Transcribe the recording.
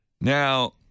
Now